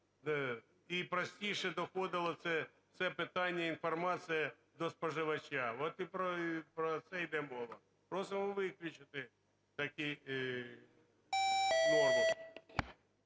і простіше доходило це питання і інформація до споживача. От про це йде мова. Просимо виключити такий…